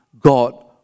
God